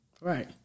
Right